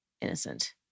innocent